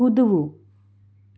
કૂદવું